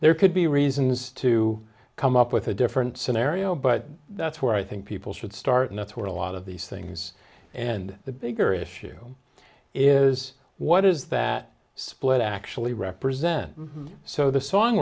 there could be reasons to come up with a different scenario but that's where i think people should start and that's where a lot of these things and the bigger issue is what does that split actually represent so the song